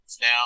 now